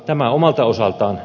tämä omalta osaltaan